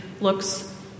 looks